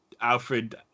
Alfred